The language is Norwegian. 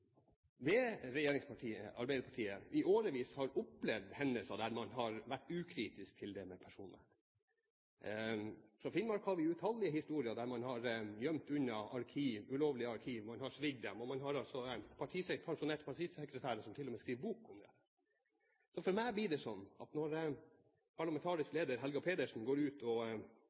med regjeringspartiet Arbeiderpartiet i årevis har opplevd hendelser der man har vært ukritisk til personvern. Fra Finnmark har vi utallige historier om at man har gjemt unna ulovlige arkiv, man har svidd dem, og det er pensjonerte partisekretærer som til og med skriver bok om det. For meg blir det slik at når parlamentarisk leder Helga Pedersen går ut og